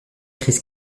crise